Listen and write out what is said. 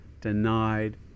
denied